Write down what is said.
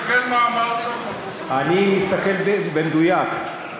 אף אחד לא, תסתכל מה, אני מסתכל במדויק.